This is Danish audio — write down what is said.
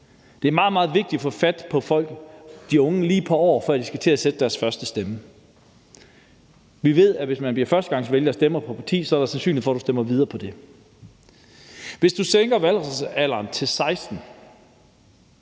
Det er meget, meget vigtigt at få fat på de unge, lige et par år før de skal til at afgive deres første stemme. Vi ved, at når man som førstegangsvælger stemmer på et parti, er der er sandsynlighed for, at man stemmer videre på det. Hvis du sænker valgretsalderen til 16